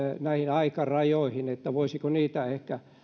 aikarajoihin että voisiko niitä ehkä